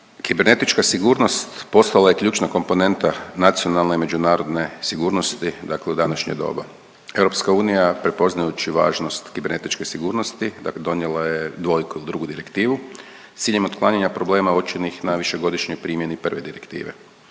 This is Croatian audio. Kibernetička sigurnost postala je ključna komponenta nacionalne i međunarodne sigurnosti, dakle u današnje doba. EU prepoznajuća važnost kibernetičke sigurnosti, dakle donijela je dvojku, drugu direktivu, s ciljem otklanjanja problema uočenih na višegodišnjoj primjeni prve direktive.